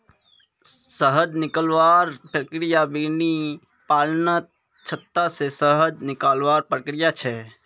शहद निकलवार प्रक्रिया बिर्नि पालनत छत्ता से शहद निकलवार प्रक्रिया छे